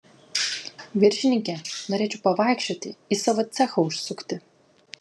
viršininke norėčiau pavaikščioti į savo cechą užsukti